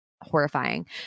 horrifying